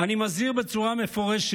אני מזהיר בצורה מפורשת: